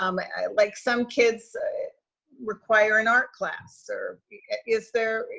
um ah ah like some kids require an art class or is there,